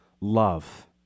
love